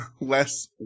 less